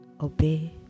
obey